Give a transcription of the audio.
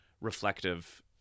reflective